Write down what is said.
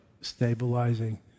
stabilizing